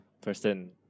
person